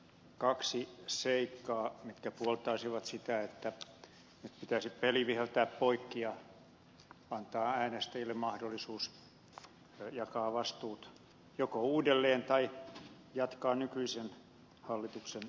kaksi seikkaa mitkä puoltaisivat sitä että nyt pitäisi peli viheltää poikki ja antaa äänestäjille mahdollisuus joko jakaa vastuut uudelleen tai jatkaa nykyisen hallituksen valtakirjaa